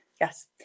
Yes